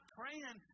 praying